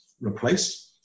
replaced